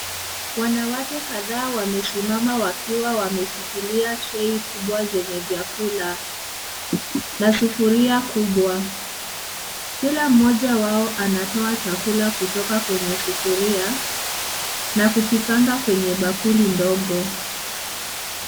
Wanawake kadhaa wamesimama wakiwa wameshikilia trei kubwa zenye vyakula, na sufuria kubwa kila mmoja wao anatoa chakula kutoka kwenye sufuria na kukipanga kwenye bakuli ndogo.